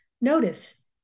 notice